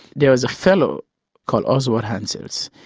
there was a fellow called oswald hanciles,